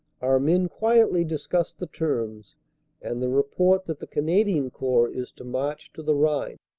our men quietly discuss the terms and the report that the canadian corps is to march to the rhine.